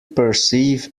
perceive